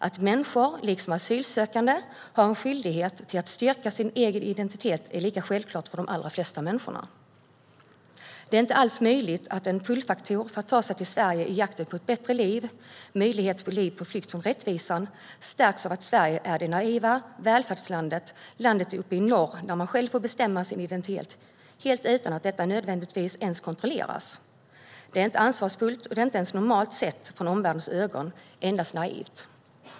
Att människor, även asylsökande, har en skyldighet att styrka sin egen identitet är lika självklart för de allra flesta människor. Det är inte alls omöjligt att en av pull-faktorerna för att ta sig till Sverige i jakten på ett bättre liv - möjligen ett liv på flykt från rättvisan - stärks av att Sverige är det naiva välfärdslandet uppe i norr där man själv får bestämma sin identitet helt utan att detta nödvändigtvis ens kontrolleras. Detta är inte ansvarsfullt, och det är inte ens normalt i omvärldens ögon, utan det är endast naivt.